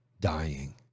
dying